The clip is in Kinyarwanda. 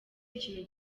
ikintu